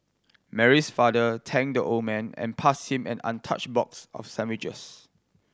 Mary's father thanked the old man and passed him an untouched box of sandwiches